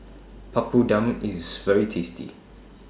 Papadum IS very tasty